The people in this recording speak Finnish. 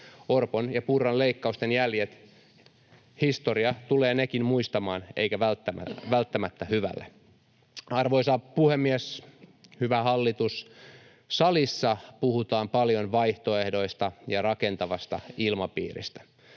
Orpon ja Purran leikkausten jäljet — historia tulee nekin muistamaan, eikä välttämättä hyvällä. Arvoisa puhemies! Hyvä hallitus! Salissa puhutaan paljon vaihtoehdoista ja rakentavasta ilmapiiristä.